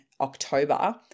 October